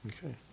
Okay